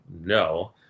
no